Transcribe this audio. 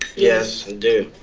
yes i do.